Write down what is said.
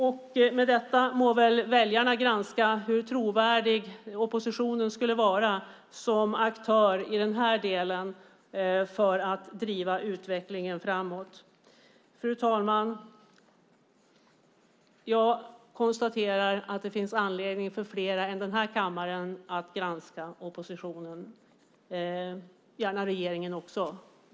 Därmed må väljarna granska hur trovärdig oppositionen skulle vara som aktör för att driva utvecklingen framåt i denna del. Fru talman! Jag konstaterar att det finns anledning för fler än den här kammaren att granska oppositionen och gärna regeringen också.